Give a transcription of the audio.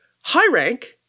high-rank